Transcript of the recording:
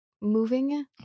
moving